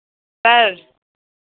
sir